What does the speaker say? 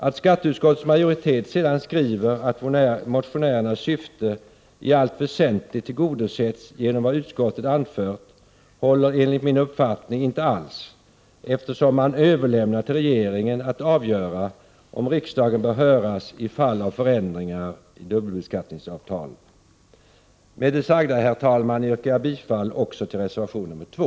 Att skatteutskottets majoritet sedan skriver att motionä rernas syfte i allt väsentligt tillgodosetts genom vad utskottet anfört håller enligt min uppfattning inte alls, eftersom man överlämnar till regeringen att avgöra om riksdagen bör höras i fall av förändringar i dubbelbeskattningsavtalen. Herr talman! Med det sagda yrkar jag bifall till reservation nr 2.